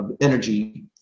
energy